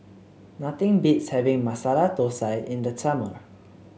nothing beats having Masala Thosai in the summer